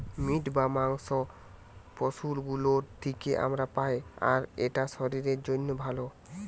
meet বা মাংস পশু গুলোর থিকে আমরা পাই আর এটা শরীরের জন্যে ভালো